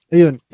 Ayun